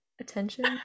attention